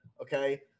okay